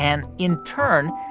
and in turn,